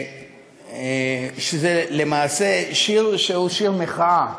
שזה למעשה שיר שהוא שיר מחאה.